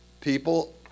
People